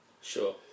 Sure